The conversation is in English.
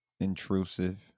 intrusive